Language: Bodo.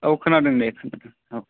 औ खोनादों दे खोनादों औ